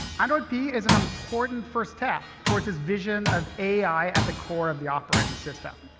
android p is an important first step towards this vision of ai at the core of the operating system.